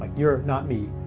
like you are not me,